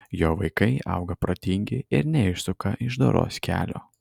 jo vaikai auga protingi ir neišsuka iš doros kelio